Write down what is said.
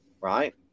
right